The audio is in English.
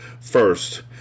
First